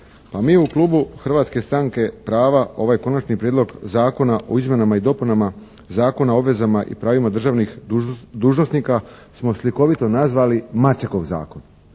Pa mi u klubu Hrvatske stranke prava ovaj Konačni prijedlog zakona o izmjenama i dopunama Zakona o obvezama i pravima državnih dužnosnika smo slikovito nazvali "Mačekov zakon".